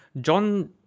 john